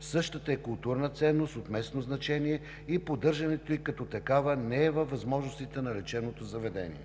Същата е културна ценност от местно значение и поддържането ѝ като такава не е във възможностите на лечебното заведение.